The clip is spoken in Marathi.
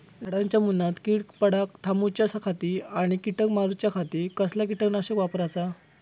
झाडांच्या मूनात कीड पडाप थामाउच्या खाती आणि किडीक मारूच्याखाती कसला किटकनाशक वापराचा?